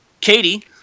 Katie